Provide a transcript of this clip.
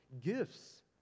gifts